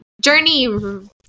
journey